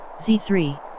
z3